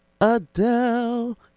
Adele